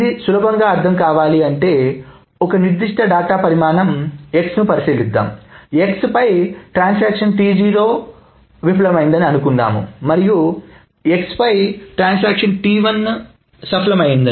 ఇది సులభంగా అర్థం కావాలి అంటే ఒక నిర్దిష్ట డేటాపరిమాణం x ను పరిశీలిద్దాం x పై T0 అను ట్రాన్సాక్షన్ విఫలమైంది మరియు x పై T1 అను ట్రాన్సాక్షన్ సఫలమైంది